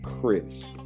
crisp